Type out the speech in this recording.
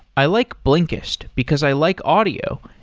i like blinkist, because i like audio,